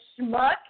schmuck